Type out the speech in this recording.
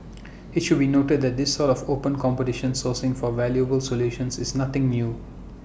IT should be noted that this sort of open competition sourcing for valuable solutions is nothing new